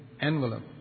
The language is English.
envelope